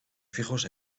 fijos